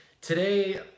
Today